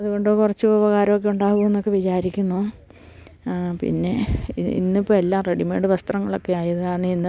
അതുകൊണ്ട് കുറച്ച് ഉപകാരമൊക്കെയുണ്ടാകുമെന്ന് വിചാരിക്കുന്നു പിന്നെ ഇന്നിപ്പോള് എല്ലാം റെഡിമേയ്ഡ് വസ്ത്രങ്ങളൊക്കെയായത് കാരണമിന്ന്